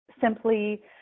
simply